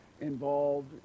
involved